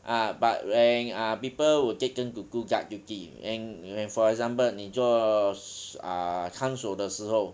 ah but when uh uh people will take turn to do guard duty and when for example 你做看守的时候